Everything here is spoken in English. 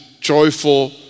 joyful